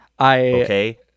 Okay